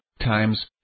times